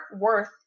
worth